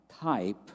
type